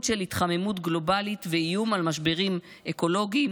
של התחממות גלובלית ואיום על משברים אקולוגיים,